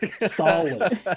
Solid